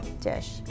dish